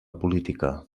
política